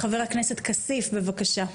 חבר הכנסת כסיף, בבקשה.